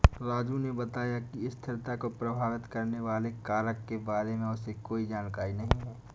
राजू ने बताया कि स्थिरता को प्रभावित करने वाले कारक के बारे में उसे कोई जानकारी नहीं है